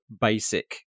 basic